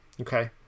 Okay